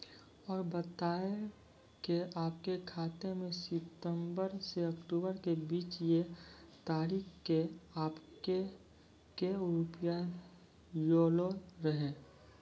और बतायब के आपके खाते मे सितंबर से अक्टूबर के बीज ये तारीख के आपके के रुपिया येलो रहे?